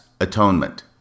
atonement